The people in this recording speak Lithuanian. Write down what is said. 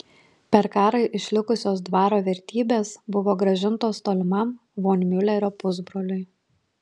per karą išlikusios dvaro vertybės buvo grąžintos tolimam von miulerio pusbroliui